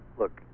look